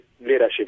leadership